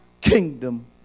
kingdom